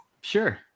sure